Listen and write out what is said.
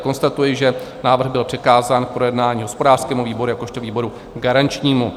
Konstatuji, že návrh byl přikázán k projednání hospodářskému výboru jako výboru garančnímu.